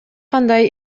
кандай